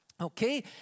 okay